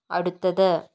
അടുത്തത്